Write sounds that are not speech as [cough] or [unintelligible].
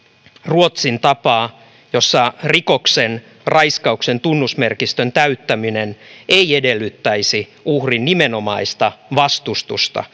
ruotsin tapaa jossa raiskauksen tunnusmerkistön täyttäminen ei edellyttäisi uhrin nimenomaista vastustusta [unintelligible]